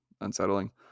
unsettling